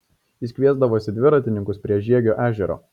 jis kviesdavosi dviratininkus prie žiegio ežero